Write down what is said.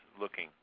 looking